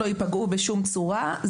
לא יפגעו בשום צורה,